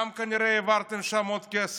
גם כנראה העברתם שם עוד כסף.